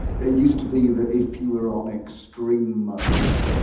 ah used to be that if you were on extreme mode,